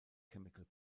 chemical